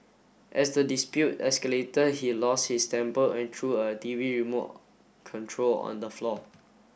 as the dispute escalator he lost his temper and threw a T V remote control on the floor